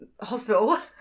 hospital